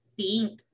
pink